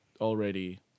already